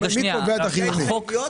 מי קובע את החיוני?